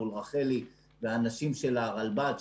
מול רחלי והאנשים של הרלב"ד,